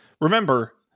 remember